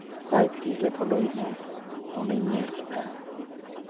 library ᱞᱮ ᱵᱚᱞᱚᱭᱮᱱᱟ ᱚᱸᱰᱮᱧ ᱧᱮᱞ ᱠᱮᱫᱟ